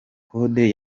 kode